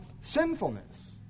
sinfulness